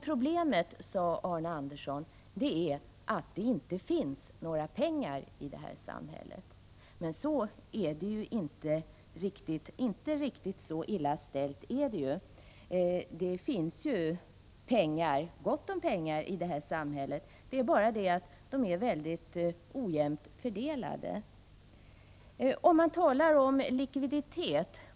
Problemet, sade Arne Andersson, är att det inte finns några pengar i samhället. Men riktigt så illa ställt är det ju inte. Det finns gott om pengar i samhället; det är bara det att de är väldigt ojämnt fördelade.